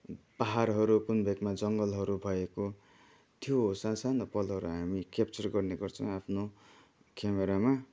पाहाडहरू कुन भेकमा जङ्गलहरू भएको थियो सासानो पलहरू हामी क्याप्चर गर्नेगर्छौँ आफ्नो क्यामेरामा